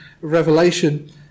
Revelation